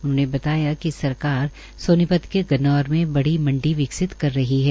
उन्होंने बताया कि सरकार सोनीपत के गन्नौर में बड़ी मंडी विकसित कर रही है